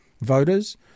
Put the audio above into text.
voters